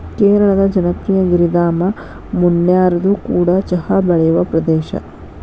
ಕೇರಳದ ಜನಪ್ರಿಯ ಗಿರಿಧಾಮ ಮುನ್ನಾರ್ಇದು ಕೂಡ ಚಹಾ ಬೆಳೆಯುವ ಪ್ರದೇಶ